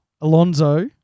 Alonso